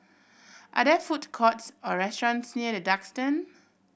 are there food courts or restaurants near The Duxton